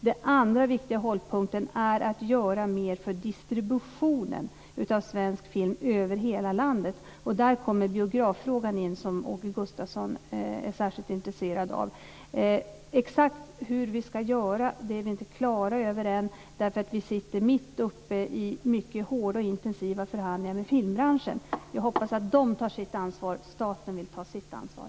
Den andra viktiga hållpunkten är att jobba mer för distribution av svensk film ut till hela landet. Där kommer biograffrågan, som Åke Gustavsson är särskilt intresserad av, in. Exakt hur vi skall göra är vi inte klara över, eftersom vi är mitt uppe i mycket hårda och intensiva förhandlingar med filmbranschen. Jag hoppas att den tar sitt ansvar. Staten vill ta sitt ansvar.